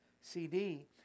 CD